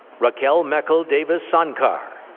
rakel mekel davis-sankar.